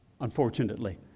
unfortunately